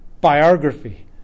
biography